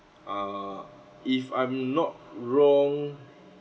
err if I'm not wrong